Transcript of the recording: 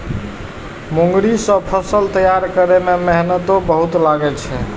मूंगरी सं फसल तैयार करै मे मेहनतो बहुत लागै छै